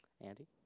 Andy